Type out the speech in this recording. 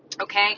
okay